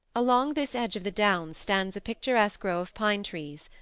along this edge of the downs stands a picturesque row of pine-trees,